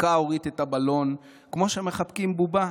חיבקה אורית את הבלון כמו שמחבקים בובה,